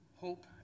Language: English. hope